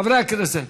חברי הכנסת.